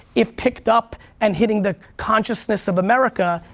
if picked up and hitting the consciousness of america.